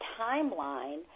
timeline